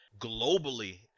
globally